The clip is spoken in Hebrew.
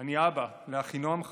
ואני אבא לאחינועם חיה,